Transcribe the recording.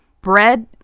bread